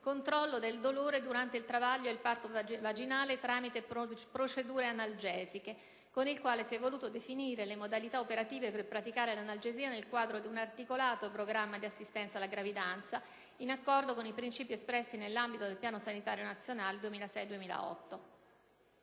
"Controllo del dolore durante il travaglio ed il parto vaginale tramite procedure analgesiche", con il quale si sono volute definire le modalità operative per praticare l'analgesia nel quadro di un articolato programma di assistenza alla gravidanza, in accordo con i princìpi espressi nell'ambito del Piano sanitario nazionale 2006-2008.